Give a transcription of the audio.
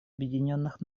объединенных